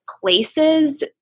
places